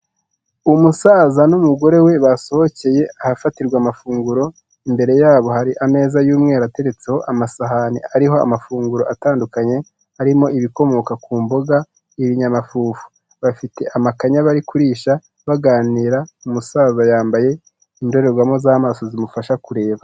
Umusaza n'umugore we basohokeye ahafatirwa amafunguro, imbere yabo hari ameza y'umweru ateretseho amasahani ariho amafunguro atandukanye, harimo ibikomoka ku mboga n'ibinyamafufu. Bafite amakanya bari kurisha baganira umusaza yambaye indorerwamo z'amaso zimufasha kureba.